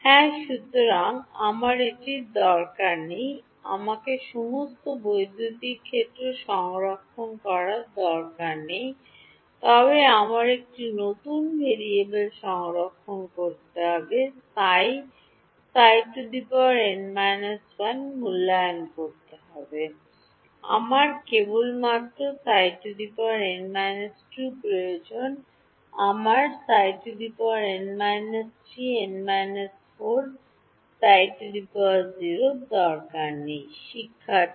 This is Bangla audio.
হ্যাঁ সুতরাং আমার এটির দরকার নেই আমাকে সমস্ত বৈদ্যুতিক ক্ষেত্র সংরক্ষণ করার দরকার নেই তবে আমার একটি নতুন ভেরিয়েবল সংরক্ষণ করতে হবে যা Ψ Ψ n − 1 মূল্যায়ন করতে আমার কেবলমাত্র Ψ n − 2 প্রয়োজন আমার দরকার নেই Ψ n − 3 Ψ n - 4 Ψ0